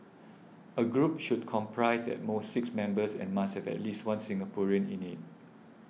a group should comprise at most six members and must have at least one Singaporean in it